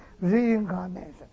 reincarnation